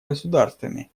государствами